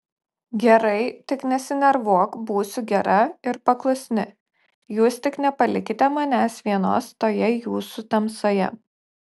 gerai tik nesinervuok būsiu gera ir paklusni jūs tik nepalikite manęs vienos toje jūsų tamsoje